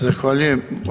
Zahvaljujem.